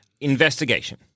Investigation